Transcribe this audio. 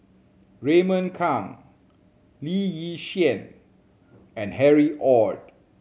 Raymond Kang Lee Yi Shyan and Harry Ord